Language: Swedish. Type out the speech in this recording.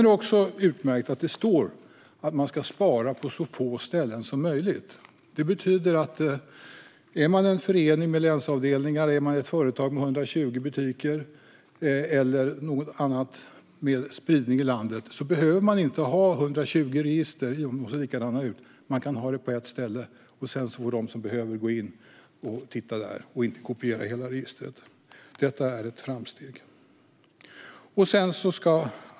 Det är utmärkt att det står att man ska spara på så få ställen som möjligt. Det betyder att en förening med länsavdelningar, ett företag med 120 butiker eller något annat med spridning i landet inte behöver ha 120 register som ser likadana ut. Man kan ha registret på ett ställe, och de som behöver får gå in och titta där utan att kopiera hela registret. Detta är ett framsteg.